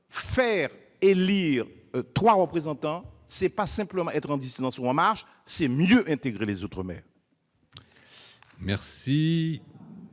Faire élire trois représentants, ce n'est pas simplement être en dissidence ou en marge, c'est mieux intégrer les outre-mer.